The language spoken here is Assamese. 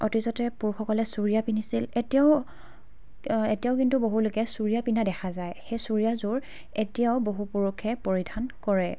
অতীজতে পুৰুষসকলে চুৰীয়া পিন্ধিছিল এতিয়াও এতিয়াও কিন্তু বহুলোকে চুৰীয়া পিন্ধা দেখা যায় সেই চুৰীয়াযোৰ এতিয়াও বহু পুৰুষে পৰিধান কৰে